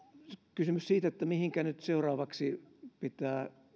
kysymys siitä mihinkä nyt seuraavaksi pitää